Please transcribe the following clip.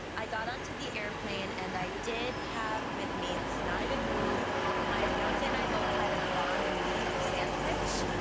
i got on to the airplane and i did have with me this is not a good move my yeah sriian say and i both had a bon me sandwichish,